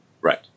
Right